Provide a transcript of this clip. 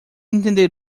entender